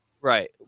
right